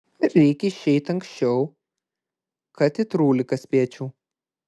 reik išeit anksčiau kad į trūliką spėčiau